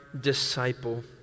disciple